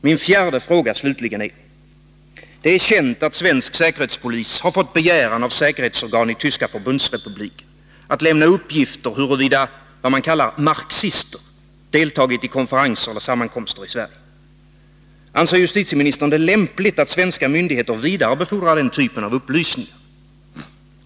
Min fjärde fråga, slutligen, gäller följande: Det är känt att svensk säkerhetspolis fått begäran av säkerhetsorganen i den tyska förbundsrepubliken att lämna uppgifter om huruvida ”marxister” deltagit i konferenser och sammankomster i Sverige. Anser justitieministern det lämpligt att svenska myndigheter vidarebefordrar den typen av upplysningar?